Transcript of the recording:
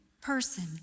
person